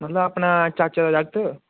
मतलब अपना चाचे दा जागत